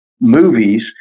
movies